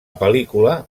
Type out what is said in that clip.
pel·lícula